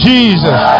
Jesus